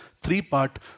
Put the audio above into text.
three-part